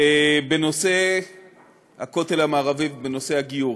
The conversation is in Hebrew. בנושא הכותל המערבי ובנושא הגיור,